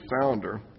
founder